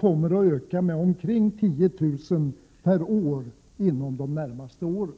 kommer att öka med omkring 10 000 per år de närmaste åren.